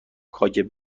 کاگب